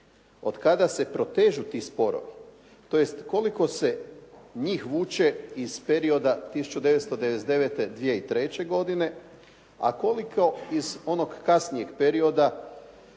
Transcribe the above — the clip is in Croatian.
od kada se protežu ti sporovi, tj. koliko se njih vuče iz perioda 1999./2003. godine a koliko iz onog kasnijeg perioda.